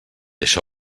això